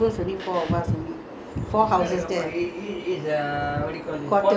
that [one] ya lah was a very small kampung lah my neighbours only four of us only